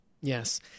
Yes